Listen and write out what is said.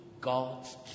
God's